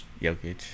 Jokic